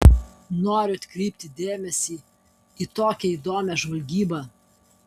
noriu atkreipti dėmesį į tokią įdomią žvalgybą